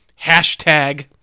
hashtag